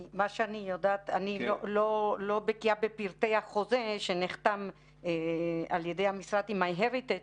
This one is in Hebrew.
אני לא בקיאה בפרטי החוזה שנחתם על ידי המשרד עם MyHeritage.